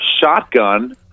shotgun